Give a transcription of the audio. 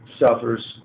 suffers